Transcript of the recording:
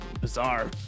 bizarre